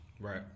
Right